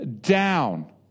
down